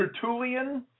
Tertullian